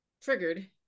triggered